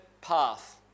path